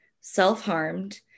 self-harmed